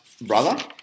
brother